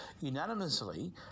unanimously